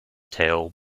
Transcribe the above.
tale